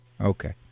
Okay